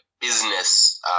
business